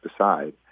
aside